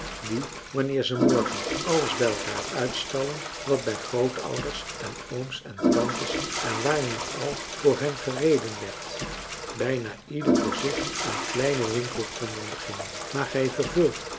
die wanneer ze morgen alles bij elkaar uitstallen wat bij grootouders en ooms en tantes en wààr niet al voor hen gereden werd bijna ieder voor zich een kleinen winkel konden beginnen maar